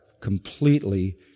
completely